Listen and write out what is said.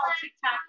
TikTok